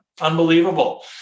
unbelievable